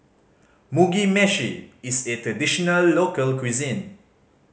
Mugi Meshi is a traditional local cuisine